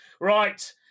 Right